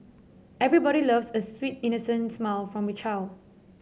everybody loves a sweet innocent smile from a child